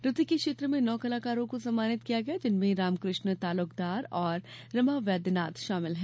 नृत्य् के क्षेत्र में नौ कलाकरों को सम्मानित किया गया जिनमें रामकृष्ण तालुकदार और रमा वैद्यनाथ शामिल हैं